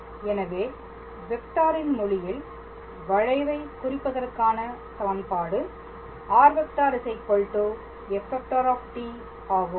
எனவே வெக்டாரின் மொழியில் வளைவை குறிப்பதற்கான சமன்பாடு r⃗f ⃗ ஆகும்